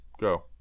Go